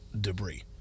debris